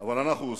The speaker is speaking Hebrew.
אבל אנחנו עושים.